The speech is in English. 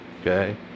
Okay